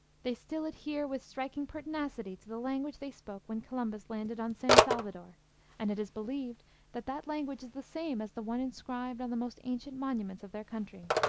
they still adhere with striking pertinacity to the language they spoke when columbus landed on san salvador and it is believed that that language is the same as the one inscribed on the most ancient monuments of their country.